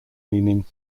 meaning